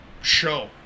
Show